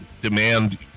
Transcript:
demand